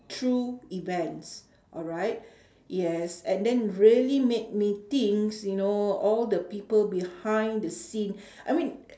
true events alright yes and then really made me thinks you know all the people behind the scene I mean e~